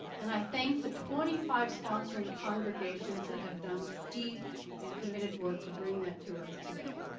and i thank the twenty five sponsoring congregations that have done deep and committed work to bring that to us today.